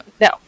No